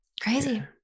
crazy